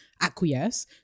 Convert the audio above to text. acquiesce